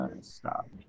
stop